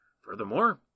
Furthermore